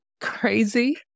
crazy